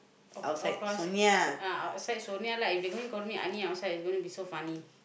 of of course ah outside Sonia lah if they call me Ani outside it's gonna be so funny